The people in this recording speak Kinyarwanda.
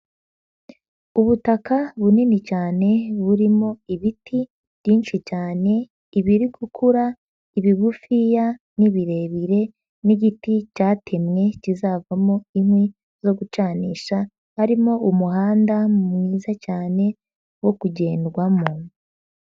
Ubutaka bunini cyane burimo ibiti byinshi cyane, ibiri gukura, ibigufiya n'ibirebire n'igiti cyatemwe kizavamo inkwi zo gucanisha, harimo umuhanda mwiza cyane wo kugendwamo.